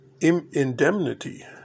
indemnity